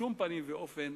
בשום פנים ואופן,